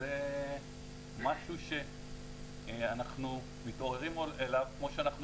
זה משהו שאנחנו מתעוררים אליו כמו שאנחנו